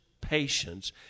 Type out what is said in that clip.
patience